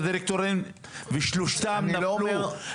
הדירקטורים ושלושתם נפלו.